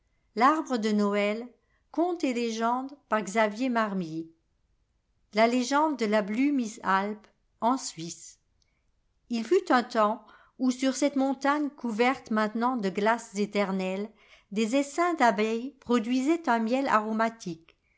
la légende de la blumisalpg en suisse n fut un temps où sur cette montagne couverte maintenant de glaces éternelles des essaims d'abeilles produisaient un miel aromatique